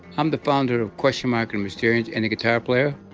i'm the founder of question mark and mysterious and a guitar player.